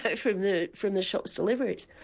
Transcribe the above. but from the from the shops' deliveries.